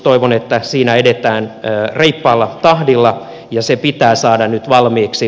toivon että siinä edetään reippaalla tahdilla ja se pitää saada nyt valmiiksi